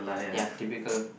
ya typical